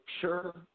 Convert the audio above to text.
sure